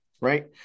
right